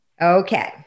Okay